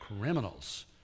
Criminals